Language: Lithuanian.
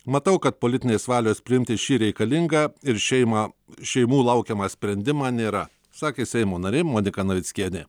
matau kad politinės valios priimti šį reikalingą ir šeimą šeimų laukiamą sprendimą nėra sakė seimo narė monika navickienė